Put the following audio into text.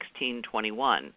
1621